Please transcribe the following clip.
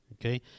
Okay